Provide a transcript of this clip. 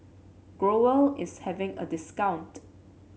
Growell is having a discount